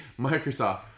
Microsoft